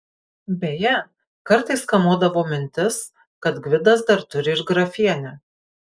beje kartais kamuodavo mintis kad gvidas dar turi ir grafienę